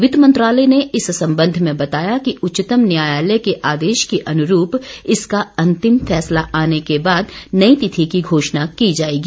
वित्त मंत्रालय ने इस संबंध में बताया कि उच्चतम न्यायलय के आदेश के अनुरूप इसका अंतिम फैसला आने के बाद नई तिथि की घोषणा की जाएगी